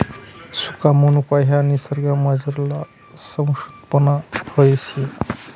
सुका मनुका ह्या निसर्गमझारलं समशितोष्ण फय शे